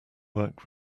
work